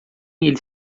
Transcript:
ele